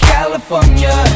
California